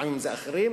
לפעמים אלה אחרים,